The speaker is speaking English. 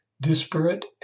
disparate